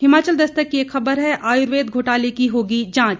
हिमाचल दस्तक की एक खबर है आयुर्वेद घोटाले की होगी जांच